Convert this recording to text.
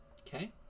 Okay